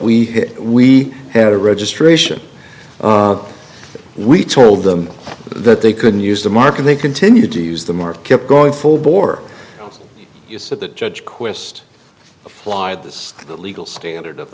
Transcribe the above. we we had a registration we told them that they couldn't use the mark and they continued to use the market going full bore you said the judge quest flied this the legal standard of